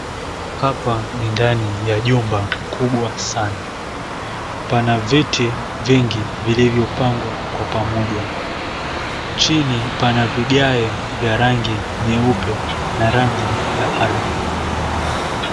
Hapa ni ndani ya jumba kubwa sana. Pana viti vingi vilivyopangwa kwa pamoja. Chini pana vigae vya rangi nyeupe na rangi ya ardhi.